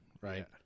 Right